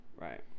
right